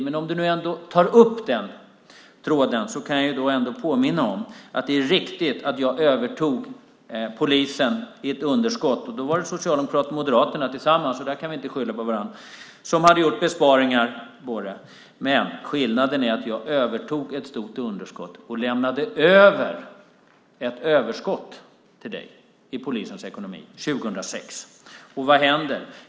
Men om du nu ändå tar upp den tråden kan jag svara att det är riktigt att jag övertog polisen med ett underskott. Då var det Socialdemokraterna och Moderaterna tillsammans som hade gjort besparingar, så där kan vi inte skylla på varandra. Skillnaden är att jag övertog ett stort underskott och lämnade över ett överskott i polisens ekonomi till dig 2006. Vad händer?